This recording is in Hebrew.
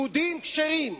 יהודים כשרים,